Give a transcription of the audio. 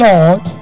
Lord